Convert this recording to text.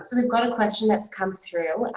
sort of got a question that come through,